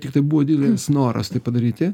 tiktai buvo didelis noras tai padaryti